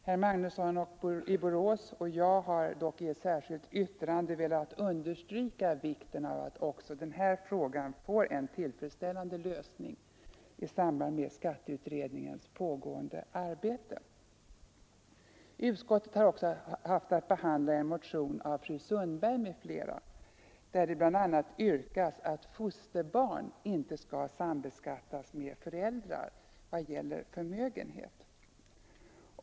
Herr Magnusson i Borås och jag har dock i ett särskilt yttrande velat understryka vikten av att också den här frågan får en tillfredsställande lösning i samband med skatteutredningens pågående arbete. Utskottet har också haft att behandla en motion av fru Sundberg m.fl., där det bl.a. yrkas att fosterbarn inte skall sambeskattas med föräldrar i vad gäller förmögenhet.